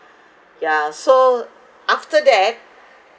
yeah so after that